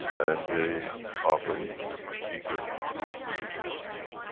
and they are very eager to be able to be,